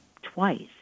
twice